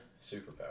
superpower